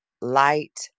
light